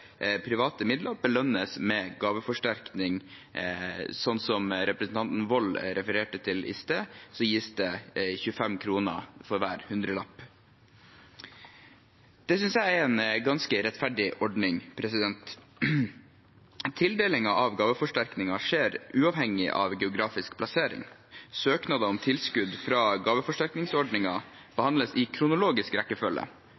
private midler, belønnes med gaveforsterkning. Slik representanten Wold refererte til i stad, gis det 25 kr for hver hundrelapp. Det synes jeg er en ganske rettferdig ordning. Tildelingen av gaveforsterkningen skjer uavhengig av geografisk plassering. Søknader om tilskudd fra